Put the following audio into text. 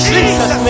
Jesus